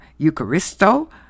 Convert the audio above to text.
Eucharisto